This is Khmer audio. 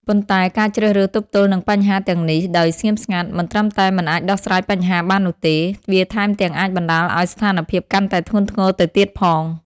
ប៉ុន្តែការជ្រើសរើសទប់ទល់នឹងបញ្ហាទាំងនេះដោយស្ងៀមស្ងាត់ មិនត្រឹមតែមិនអាចដោះស្រាយបញ្ហាបាននោះទេ វាថែមទាំងអាចបណ្តាលឲ្យស្ថានភាពកាន់តែធ្ងន់ធ្ងរទៅទៀតផង។